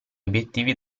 obbiettivi